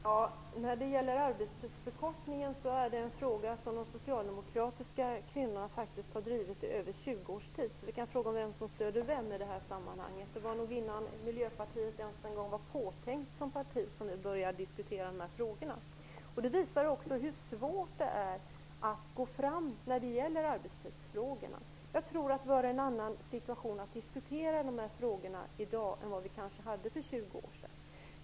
Herr talman! Frågan om arbetstidsförkortning har de socialdemokratiska kvinnorna faktiskt drivit i mer än 20 år. Vi kan därför fråga vem som stöder vem i detta sammanhang. Vi började diskutera dessa frågor innan Miljöpartiet var påtänkt som parti. Det visar också hur svårt det är att gå fram med arbetstidsfrågorna. Jag tror att situationen för att diskutera dessa frågor är en annan i dag än för 20 år sedan.